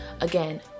Again